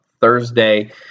Thursday